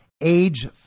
age